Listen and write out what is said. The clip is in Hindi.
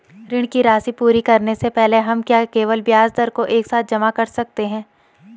ऋण की राशि पूरी करने से पहले हम क्या केवल ब्याज दर को एक साथ जमा कर सकते हैं?